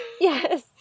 Yes